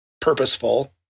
purposeful